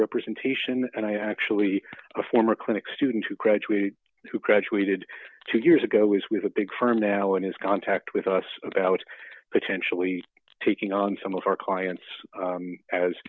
representation and i actually a former clinic students who graduate who graduated two years ago is with a big firm now and has contact with us about potentially taking on some of our clients